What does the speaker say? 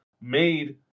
made